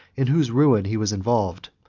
in whose ruin he was involved.